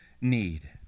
need